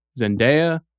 Zendaya